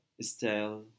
style